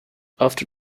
after